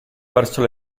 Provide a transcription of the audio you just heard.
verso